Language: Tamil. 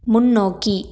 முன்னோக்கி